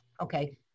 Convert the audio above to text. Okay